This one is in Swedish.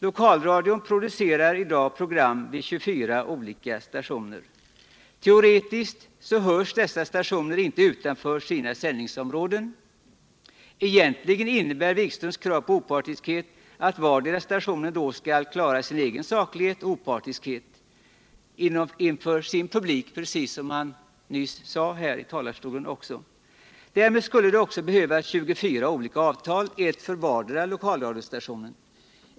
Lokalradion producerar i dag program vid 24 olika stationer. Teoretiskt hörs dessa stationer inte utanför sina sändningsområden. Egentligen innebär Jan-Erik Wikströms krav på opartiskhet att vardera stationen då skulle klara sin egen saklighet och opartiskhet inför sin publik, precis så som nyss sades här i talarstolen. Därmed skulle det också behövas 24 olika avtal, ett för vardera lokalradiostationen.